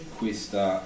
questa